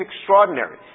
extraordinary